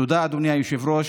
תודה, אדוני היושב-ראש.